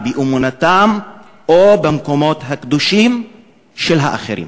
באמונתם או במקומות הקדושים של אחרים.